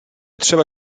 trzeba